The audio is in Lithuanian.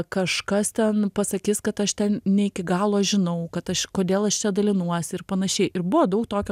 kažkas ten pasakys kad aš ten ne iki galo žinau kad aš kodėl aš čia dalinuosi ir panašiai ir buvo daug tokio